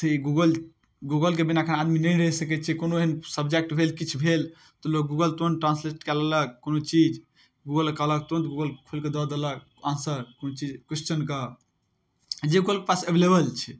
Google गूगलके बिना एखन आदमी नहि रहि सकै छै कोनो एहन सबजेक्ट भेल किछु भेल तऽ लोक गूगल तुरन्त ट्रान्सलेट कऽ लेलक कोनो चीज गूगलके कहलक तुरन्त गूगल खोलिकऽ दऽ देलक आन्सर कोनो चीज क्वेस्चनके जे गूगलके पास एवलेवल छै